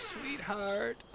Sweetheart